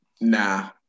Nah